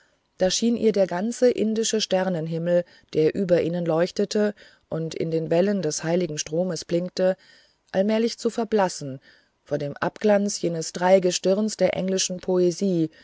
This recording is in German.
da schien ihr der ganze indische sternenhimmel der über ihnen leuchtete und in den wellen des heiligen stromes blinkte allmählich zu verblassen vor dem abglanz jenes dreigestirns der englischen poesie